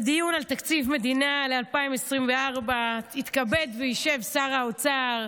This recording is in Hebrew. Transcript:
בדיון על תקציב מדינה ל-2024 יתכבד וישב שר האוצר,